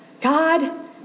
God